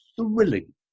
thrilling